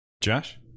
josh